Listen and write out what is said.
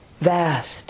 vast